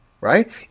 Right